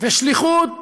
ושליחות